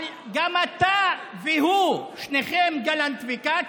אבל גם אתה והוא, שניכם, גלנט וכץ,